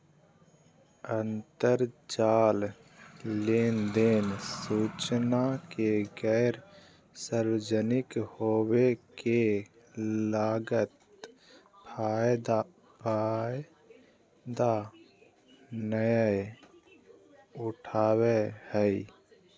अंतरजाल लेनदेन सूचना के गैर सार्वजनिक होबो के गलत फायदा नयय उठाबैय हइ